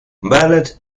ballet